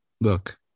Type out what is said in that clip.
Look